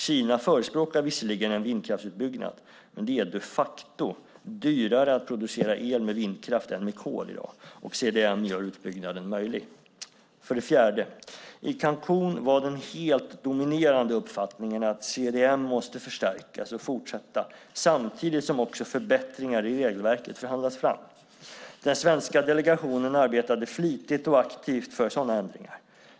Kina förespråkar visserligen en vindkraftsutbyggnad, men det är de facto dyrare att i dag producera el med vindkraft än med kol. CDM gör utbyggnaden möjlig. För det fjärde: I Cancún var den helt dominerande uppfattningen att CDM måste förstärkas och fortsätta samtidigt som också förbättringar i regelverket förhandlas fram. Den svenska delegationen arbetade flitigt och aktivt för sådana ändringar.